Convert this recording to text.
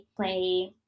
play